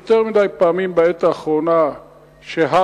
יותר מדי פעמים בעת האחרונה הר-הבית